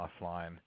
offline